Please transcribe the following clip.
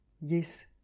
Yes